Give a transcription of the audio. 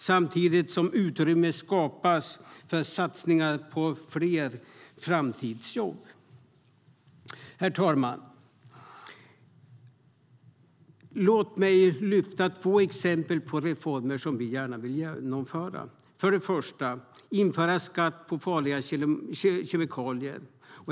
Samtidigt skapas utrymme för satsningar på fler framtidsjobb. Herr talman! Låt mig lyfta upp två exempel på reformer som vi gärna vill genomföra. För det första vill vi införa en skatt på farliga kemikalier.